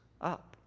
up